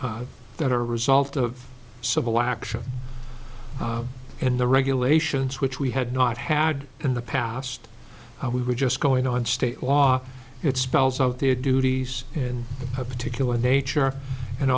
that are result of civil action and the regulations which we had not had in the past we were just going on state law it spells out their duties and a particular nature and